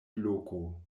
bloko